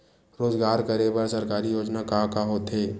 रोजगार करे बर सरकारी योजना का का होथे?